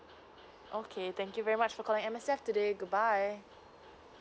okay thank you very much for calling M_S_F today good bye